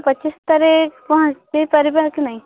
ପଚିଶ ତାରିଖ ପହଞ୍ଚାଇ ପାରିବ କି ନାହିଁ